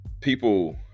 people